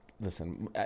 Listen